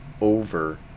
over